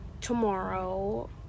tomorrow